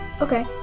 Okay